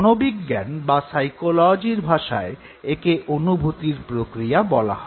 মনোবিজ্ঞান বা সাইকোলজির ভাষায় একে অনুভূতির প্রক্রিয়া বলা হয়